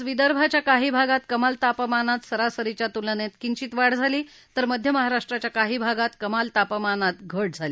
आज विदर्भाच्या काही भागात कमाल तापमानात सरासरीच्या तुलनेत किंचीत वाढ झाली तर मध्य महाराष्ट्राच्या काही भागात कमाल तापमान घट झाली